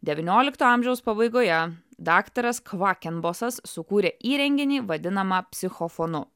devyniolikto amžiaus pabaigoje daktaras kvakenbosas sukūrė įrenginį vadinamą psichofonu